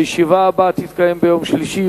הישיבה הבאה תתקיים ביום שלישי,